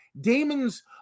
Demons